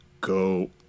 go